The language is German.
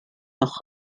noch